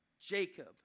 Jacob